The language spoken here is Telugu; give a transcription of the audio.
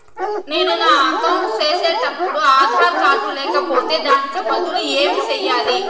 నేను నా అకౌంట్ సేసేటప్పుడు ఆధార్ కార్డు లేకపోతే దానికి బదులు ఏమి సెయ్యాలి?